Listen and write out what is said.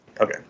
Okay